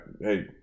hey